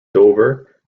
dover